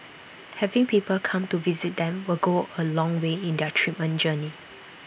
having people come to visit them will go A long way in their treatment journey